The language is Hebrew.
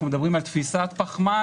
אנחנו מדברים על תפיסת פחמן